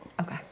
okay